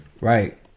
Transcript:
right